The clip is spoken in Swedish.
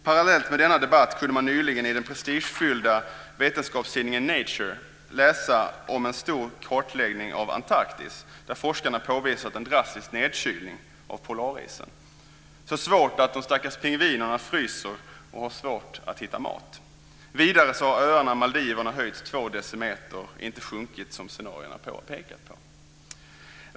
Parallellt med denna debatt kunde man nyligen i den prestigefyllda vetenskapstidningen Nature läsa om en stor kartläggning av Antarktis, där forskarna har påvisat en drastisk nedkylning av polarisen. Nedkylningen är så svår att de stackars pingvinerna fryser och har svårt att hitta mat. Vidare har ögruppen Maldiverna höjts med två decimeter - inte sjunkit, som scenarierna pekar på.